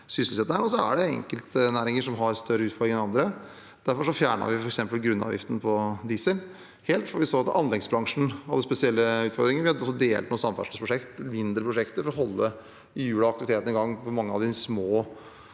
Det er enkeltnæringer som har større utfordringer enn andre. Derfor fjernet vi f.eks. grunnavgiften på diesel helt, for vi så at anleggsbransjen hadde spesielle utfordringer. Vi har også delt opp noen samferdselsprosjekter i mindre prosjekter for å holde hjulene og aktiviteten i gang for mange av de små